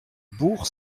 bourg